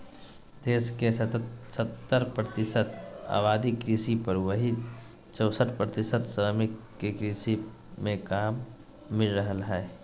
देश के सत्तर प्रतिशत आबादी कृषि पर, वहीं चौसठ प्रतिशत श्रमिक के कृषि मे काम मिल रहल हई